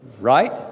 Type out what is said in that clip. Right